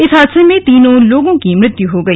इस हादसे में तीनों लोगों की मृत्य हो गई